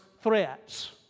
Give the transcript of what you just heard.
threats